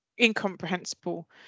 incomprehensible